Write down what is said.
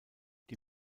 die